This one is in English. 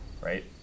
Right